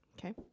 okay